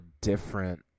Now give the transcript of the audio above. different